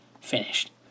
finished